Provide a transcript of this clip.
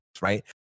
right